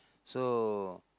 so